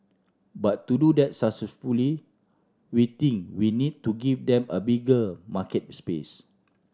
but to do that successfully we think we need to give them a bigger market space